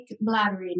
bladder